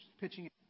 pitching